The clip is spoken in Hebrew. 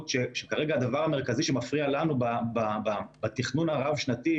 כרגע הדבר המרכזי שמפריע לנו בתכנון הרב-שנתי,